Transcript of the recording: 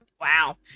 Wow